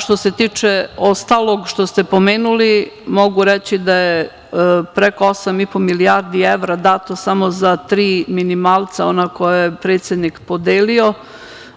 Što se tiče ostalog što ste pomenuli, mogu reći da je preko 8,5 milijardi evra dato samo za tri minimalca, ona koja je predsednik podelio,